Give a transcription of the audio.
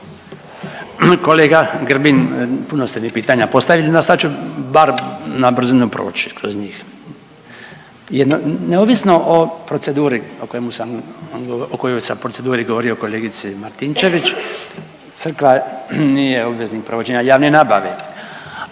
Kolega Grbin, puno ste mi pitanja postavili, no sva ću bar na brzinu proći kroz njih. Jedno, neovisno o proceduri o kojemu sam, o kojoj sam proceduri govorio kolegici Martinčević, Crkva nije obveznik provođenja javne nabave,